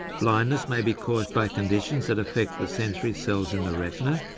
blindness may be caused by conditions that affect the sensory cells in the retina,